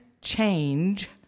change